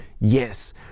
Yes